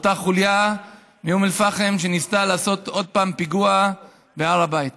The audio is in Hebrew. אותה חוליה מאום אל-פחם שניסתה לעשות שוב פיגוע בהר הבית.